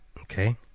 Okay